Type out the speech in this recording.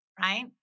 right